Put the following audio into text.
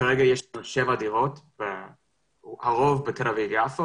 כרגע יש שבע דירות שרובן בתל אביב יפו,